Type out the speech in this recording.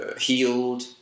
healed